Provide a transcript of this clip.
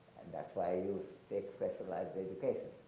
that's why you take specialized education.